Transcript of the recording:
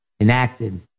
enacted